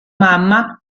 mamma